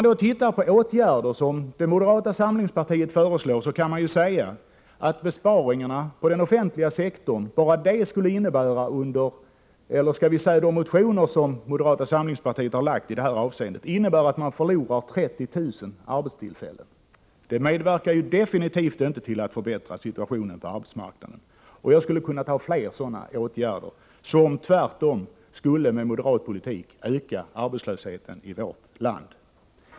De motioner som moderata samlingspartiet har väckt i detta avseende skulle innebära att man förlorar 30 000 arbetstillfällen inom den offentliga sektorn. Det medverkar definitivt inte till att förbättra situationen på arbetsmarknaden. Jag skulle kunna ta fler exempel på moderata förslag som skulle öka arbetslösheten i vårt land.